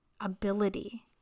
ability